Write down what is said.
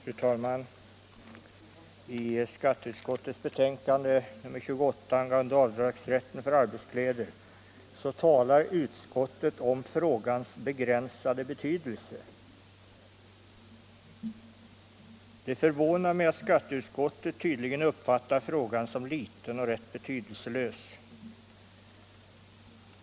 | Fru Sato I skatteutskottets betänkande nr 4 angående Svdeigsrätien Torsdagen den för arbetskläder talar utskottet om frågans begränsade betydelse. Det för 22 maj 1975 vånar mig att skatteutskottet tydligen uppfattar frågan som liten och rätt betydelselös.